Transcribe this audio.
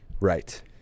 Right